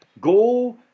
Go